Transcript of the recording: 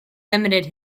limited